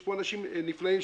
יש פה אנשים נפלאים,